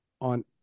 on